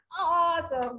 Awesome